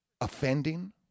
offending